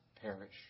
perish